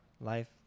life